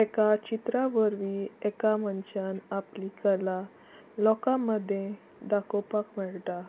एका चित्रां वरवीं एका मनशान आपली कला लोकां मदीं दाखोवपाक मेळटा